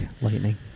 Lightning